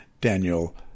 Daniel